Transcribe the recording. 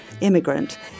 immigrant